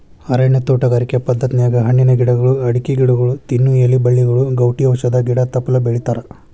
ಅರಣ್ಯ ತೋಟಗಾರಿಕೆ ಪದ್ಧತ್ಯಾಗ ಹಣ್ಣಿನ ಗಿಡಗಳು, ಅಡಕಿ ಗಿಡಗೊಳ, ತಿನ್ನು ಎಲಿ ಬಳ್ಳಿಗಳು, ಗೌಟಿ ಔಷಧ ಗಿಡ ತಪ್ಪಲ ಬೆಳಿತಾರಾ